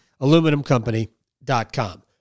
AluminumCompany.com